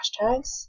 hashtags